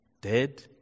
dead